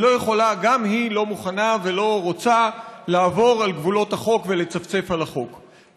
גם היא לא מוכנה ולא רוצה לעבור על גבולות החוק ולצפצף על החוק.